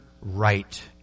right